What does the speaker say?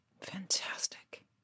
Fantastic